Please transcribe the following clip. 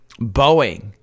Boeing